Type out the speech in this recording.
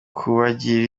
kubagirira